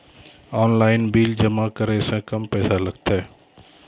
Online bill जमा करै से कम पैसा लागतै?